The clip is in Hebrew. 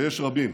ויש רבים,